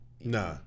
Nah